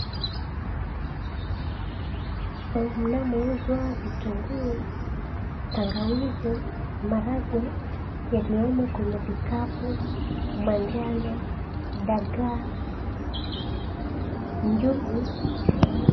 Kwa mnamo uzwa vitungu, tangawizi, maharagwe yaliyomo kwenye vikapu manjano, dagaa njugu.